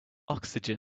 oxygen